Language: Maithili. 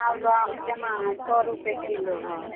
मालदह आम कोना हइ सओ रुपैए किलो हँ